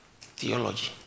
theology